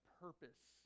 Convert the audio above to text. purpose